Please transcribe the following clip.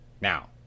Now